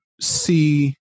see